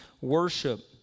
worship